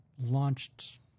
launched